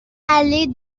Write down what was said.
allée